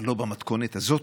אבל לא במתכונת הזאת.